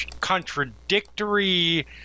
contradictory